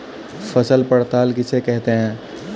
फसल पड़ताल किसे कहते हैं?